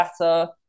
better